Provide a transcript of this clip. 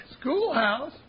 Schoolhouse